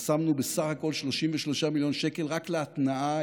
אז שמנו בסך הכול 33 מיליון שקל רק להתנעה.